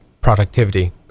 productivity